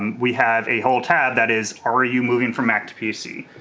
and we have a whole tab that is are you moving from mac to pc?